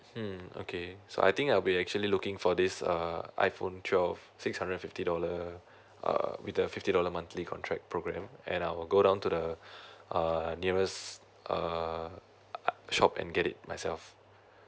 hmm okay so I think I'll be actually looking for this uh iPhone twelve six hundred fifty dollar uh with the fifty dollar monthly contract program and I will go down to the uh the nearest uh shop and get it myself